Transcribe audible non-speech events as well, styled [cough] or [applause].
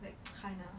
that [noise] kind ah